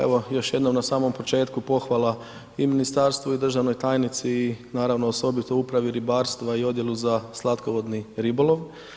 Evo, još jednom na samom početku pohvala i ministarstvu i državnoj tajnici i naravno osobito Upravi ribarstva i Odjelu za slatkovodni ribolov.